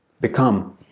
become